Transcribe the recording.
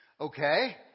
Okay